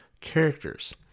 characters